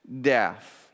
death